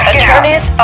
Attorneys